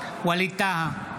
ווליד טאהא,